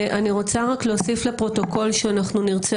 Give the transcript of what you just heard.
אני רוצה רק להוסיף לפרוטוקול שאנחנו נרצה